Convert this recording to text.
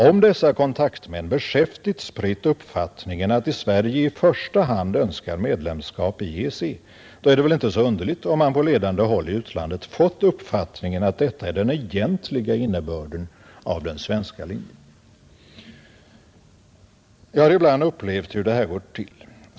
Om dessa kontaktmän beskäftigt spritt uppfattningen att Sverige i första hand önskar medlemskap i EEC, är det väl inte så underligt om man på ledande håll i utlandet har fått uppfattningen att detta är den egentliga innebörden av den svenska linjen. Jag har ibland upplevat hur det här går till.